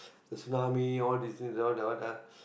the tsunamis all these thing that one that one ah